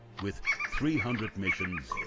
with three hundred missions,